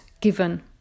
given